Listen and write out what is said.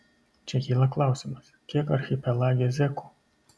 čia kyla klausimas kiek archipelage zekų